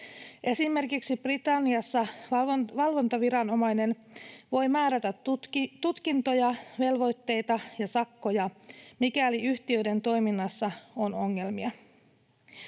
Esimerkiksi Britanniassa valvontaviranomainen voi määrätä tutkintoja, velvoitteita ja sakkoja, mikäli yhtiöiden toiminnassa on ongelmia.